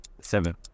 Seven